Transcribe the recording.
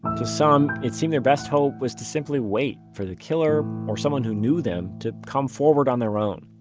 to some, it seemed their best hope was to simply wait for the killer, or someone who knew them, to come forward on their own.